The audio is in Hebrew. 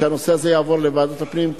שהנושא הזה יועבר לוועדת הפנים,